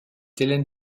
hélène